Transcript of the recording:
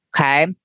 Okay